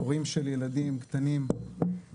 הורים של ילדים קטנים,